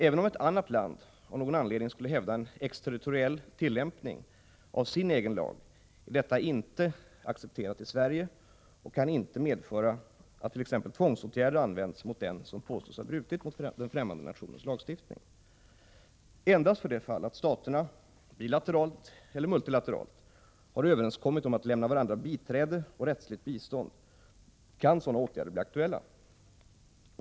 Även om ett annat land av någon anledning skulle hävda en exterritoriell tillämpning av sin egen lag är detta inte accepterat i Sverige och kan inte medföra att t.ex. tvångsåtgärder används mot den som påstås ha brutit mot den främmande nationens lagstiftning. Endast för det fall att staterna, bilateralt eller multilateralt, har överenskommit om att lämna varandra biträde och rättsligt bistånd kan sådana åtgärder bli aktuella.